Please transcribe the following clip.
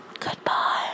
Goodbye